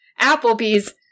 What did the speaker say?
Applebee's